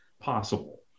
possible